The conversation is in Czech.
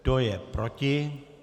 Kdo je proti?